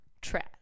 trash